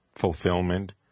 fulfillment